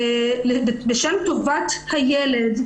בשם טובת הילד,